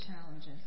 challenges